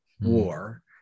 war